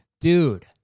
Dude